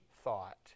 thought